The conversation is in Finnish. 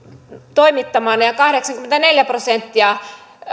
toimittamana ja kahdeksankymmentäneljä prosenttia